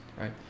right